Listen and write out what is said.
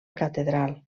catedral